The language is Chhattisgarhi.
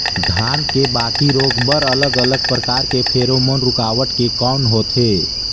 धान के बाकी रोग बर अलग अलग प्रकार के फेरोमोन रूकावट के कौन होथे?